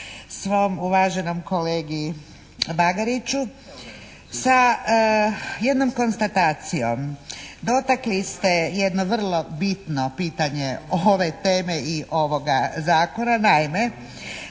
svom uvaženom kolegi Bagariću sa jednom konstatacijom. Dotakli ste jedno vrlo bitno pitanje ove teme i ovoga Zakona, naime